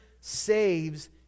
saves